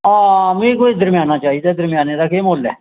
आं मिगी कोई दरम्याना चाहिदा दरम्याना दा केह् मुल्ल ऐ